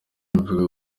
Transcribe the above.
ivuga